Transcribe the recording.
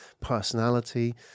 personality